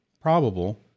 probable